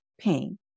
pain